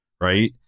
Right